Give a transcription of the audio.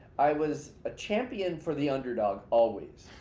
i was a champion for the underdog always.